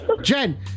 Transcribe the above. Jen